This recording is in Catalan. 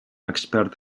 expert